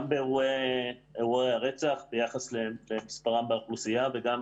באירועי הרצח ביחס למספרם באוכלוסייה וגם